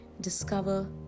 discover